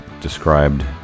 described